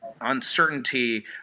uncertainty